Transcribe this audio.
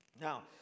Now